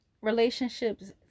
relationships